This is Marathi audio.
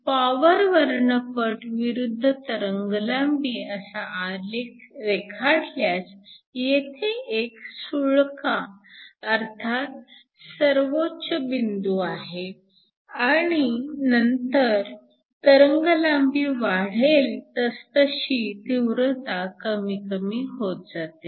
तर पॉवर वर्णपट विरुद्ध तरंगलांबी असा आलेख रेखाटल्यास येथे एक सुळका अर्थात सर्वोच्च बिंदू आहे आणि नंतर तरंगलांबी वाढेल तसतशी तीव्रता कमी कमी होत जाते